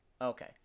Okay